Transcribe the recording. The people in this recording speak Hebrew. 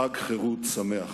חג חירות שמח.